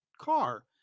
car